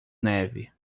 neve